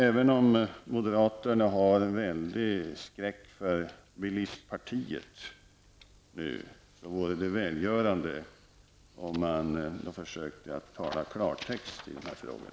Även om moderaterna nu hyser en väldig skräck för bilistpartiet vore det välgörande, tror jag, om man försökte tala klartext i den här frågan.